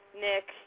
Nick